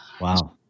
Wow